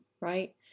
right